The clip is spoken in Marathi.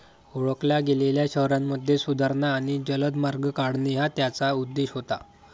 ओळखल्या गेलेल्या शहरांमध्ये सुधारणा आणि जलद मार्ग काढणे हा त्याचा उद्देश होता